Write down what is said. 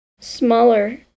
smaller